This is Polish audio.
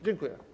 Dziękuję.